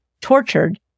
tortured